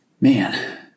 man